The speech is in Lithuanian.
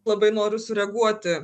labai noriu sureaguoti